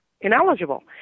ineligible